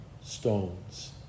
stones